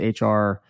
HR